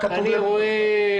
אני רואה.